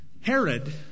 Herod